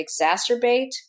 exacerbate